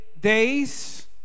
days